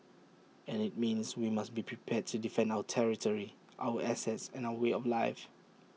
and IT means we must be prepared to defend our territory our assets and our way of life